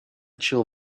chill